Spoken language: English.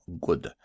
good